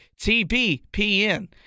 TBPN